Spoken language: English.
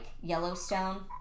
Yellowstone